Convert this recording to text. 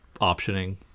optioning